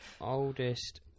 oldest